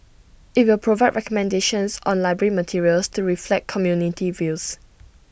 IT will provide recommendations on library materials to reflect community views